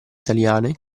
italiane